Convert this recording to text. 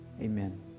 Amen